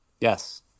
Yes